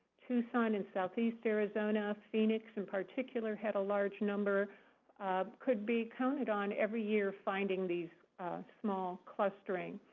tucson, and southeast arizona phoenix in particular had a large number could be counted on every year finding these small clusterings.